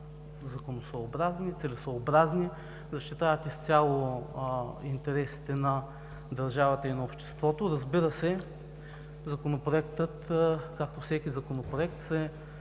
законосъобразни, целесъобразни и защитават изцяло интересите на държавата и на обществото. Разбира се, Законопроектът, както всеки законопроект,